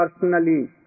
personally